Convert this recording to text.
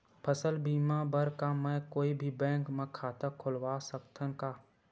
फसल बीमा बर का मैं कोई भी बैंक म खाता खोलवा सकथन का?